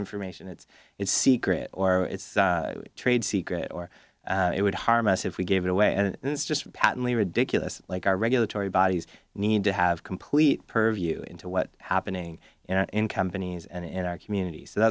information it's in secret or it's trade secret or it would harm us if we gave it away and it's just patently ridiculous like our regulatory bodies need to have complete purview into what happening in companies and in our communities that